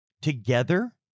together